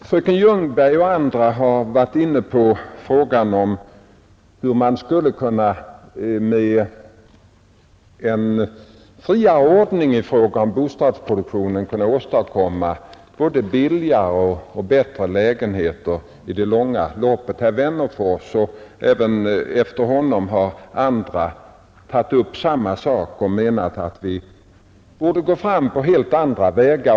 Fröken Ljungberg och andra talare har varit inne på hur man med en friare ordning i fråga om bostadsproduktionen i det långa loppet skulle kunna åstadkomma både billigare och bättre bostäder. Efter herr Wennerfors har även andra talare tagit upp samma sak och menat att vi borde gå fram på helt andra vägar.